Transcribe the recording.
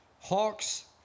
Hawks